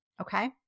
Okay